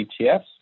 ETFs